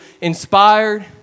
inspired